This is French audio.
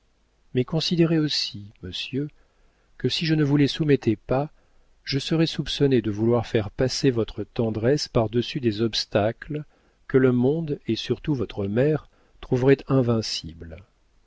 mais considérez aussi monsieur que si je ne vous les soumettais pas je serais soupçonnée de vouloir faire passer votre tendresse par-dessus des obstacles que le monde et surtout votre mère trouveraient invincibles